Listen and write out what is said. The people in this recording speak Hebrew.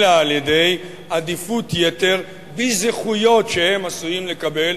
אלא על-ידי עדיפות יתר בזכויות שהם עשויים לקבל,